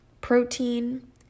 protein